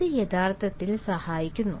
ഇത് യഥാർത്ഥത്തിൽ സഹായിക്കുന്നു